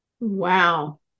Wow